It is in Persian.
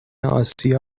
آسیا